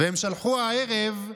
והם שלחו הערב,